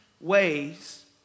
ways